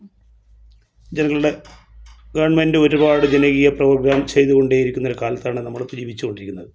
ജനങ്ങളുടെ ഗവൺമെന്റ് ഒരുപാട് ജനകീയ പ്രോഗ്രാം ചെയ്തുകൊണ്ടേ ഇരിക്കുന്ന കാലത്താണ് നമ്മളിപ്പം ജീവിച്ചോണ്ടിരിയ്ക്കുന്നത്